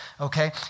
okay